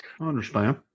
Understand